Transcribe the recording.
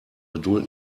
geduld